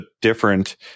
different